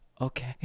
okay